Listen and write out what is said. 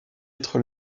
être